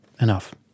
enough